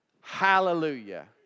hallelujah